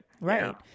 right